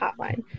Hotline